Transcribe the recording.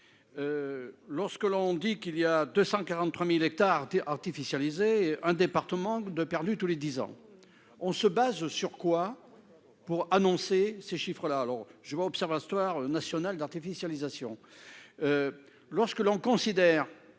Lorsque l'on dit qu'il y a 243.000 hectares. Artificialisés un département de perdu tous les 10 ans on se base sur quoi pour annoncer ces chiffres-là alors je vois Observatoire national d'artificialisation. Lorsque l'on considère